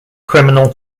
criminal